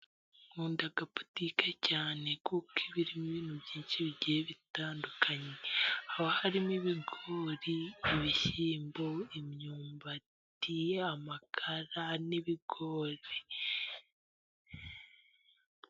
Nkunda botiki cyane, kuko iba irimo ibintu byinshi bigiye bitandukanye. Haba harimo ibigori, ibishyimbo, imyumbati, amakara n'ibigori.